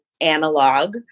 analog